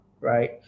right